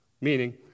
Meaning